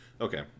Okay